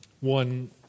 one